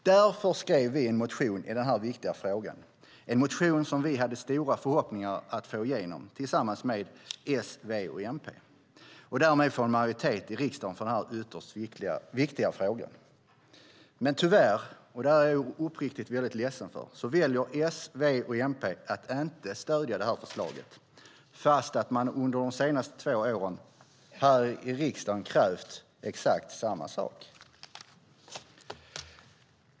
Därför skrev vi en motion i denna viktiga fråga som vi hade stora förhoppningar att få igenom tillsammans med S, V och MP och därmed få en majoritet i riksdagen för denna ytterst viktiga fråga. Men tyvärr, och det är jag uppriktigt väldigt ledsen för, väljer S, V och MP att inte stödja förslaget fast man under de senaste två åren här i riksdagen krävt exakt samma sak.